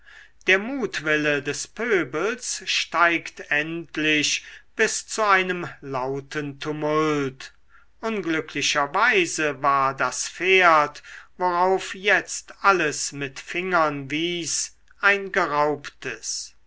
der mutwille des pöbels steigt endlich bis zu einem lauten tumult unglücklicherweise war das pferd worauf jetzt alles mit fingern wies ein geraubtes